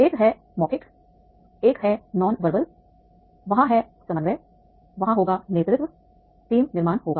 एक है मौखिक एक है नॉन वर्बल वहां है समन्वय वहां होगा नेतृत्व टीम निर्माण होगा